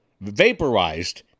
vaporized